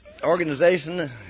organization